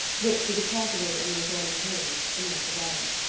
which she deposited in the adjoining room, and went away.